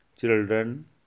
children